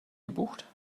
gebucht